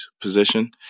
position